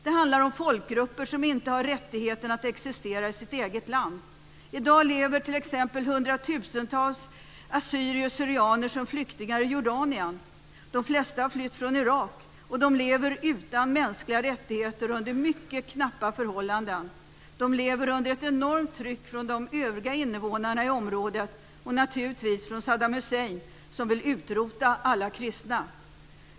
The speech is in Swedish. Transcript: Det handlar om folkgrupper som inte har rättigheten att existera i sitt eget land. I dag lever exempelvis hundratusentals assyrier/syrianer som flyktingar i Jordanien. De flesta har flytt från Irak, och de lever utan mänskliga rättigheter och under mycket knappa förhållanden. De lever under ett enormt tryck från de övriga invånarna i området, och naturligtvis från Saddam Hussein som vill utrota alla kristna.